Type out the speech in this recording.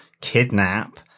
kidnap